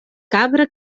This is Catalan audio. cabra